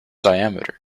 diameter